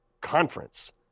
conference